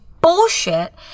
bullshit